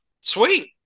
Sweet